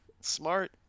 Smart